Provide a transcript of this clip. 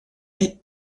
est